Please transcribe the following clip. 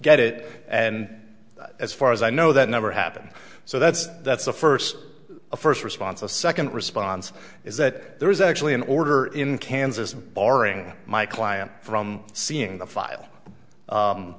get it and as far as i know that never happened so that's that's a first a first response a second response is that there is actually an order in kansas barring my client from seeing the file